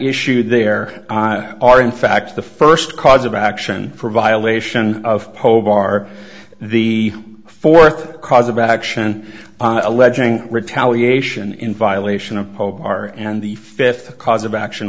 issue there are in fact the first cause of action for violation of hobart the fourth cause of action alleging retaliation in violation of hope are and the fifth cause of action